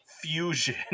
fusion